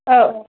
औ